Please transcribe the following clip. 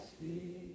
see